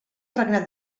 regnat